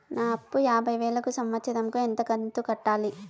నా అప్పు యాభై వేలు కు సంవత్సరం కు ఎంత కంతు కట్టాలి?